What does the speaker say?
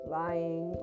lying